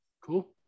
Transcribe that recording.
Cool